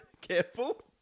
Careful